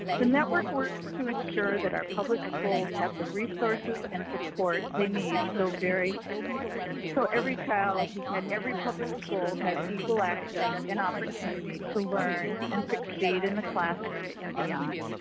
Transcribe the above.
the network works to ensure that our public schools have the resources and support they need so very so every child at every public school has equal access and opportunity to learn and succeed in the classroom and beyond.